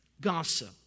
gossip